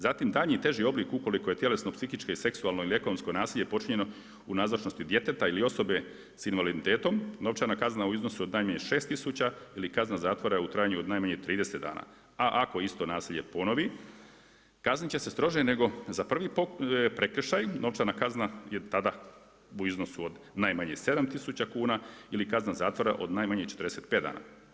Zatim daljnji teži oblik ukoliko je tjelesno psihičke, seksualno ili ekonomsko nasilje počinjeno u nazočnosti djeteta ili osobe s invaliditetom novčana kazna u iznosu od najmanje šest tisuća ili kazna zatvora u trajanju od najmanje 30 dana, a ako isto nasilje ponovi kaznit će se strožije nego za prvi prekršaj novčana kazna je tada u iznosu od najmanje sedam tisuća kuna ili kazna zatvora od najmanje 45 dana.